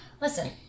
listen